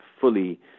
fully